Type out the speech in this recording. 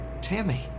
Tammy